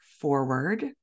forward